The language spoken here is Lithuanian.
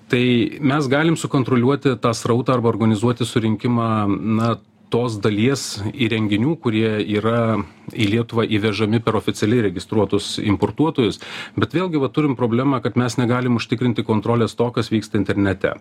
tai mes galim sukontroliuoti tą srautą arba organizuoti surinkimą na tos dalies įrenginių kurie yra į lietuvą įvežami per oficialiai registruotus importuotojus bet vėlgi va turim problemą kad mes negalim užtikrinti kontrolės to kas vyksta internete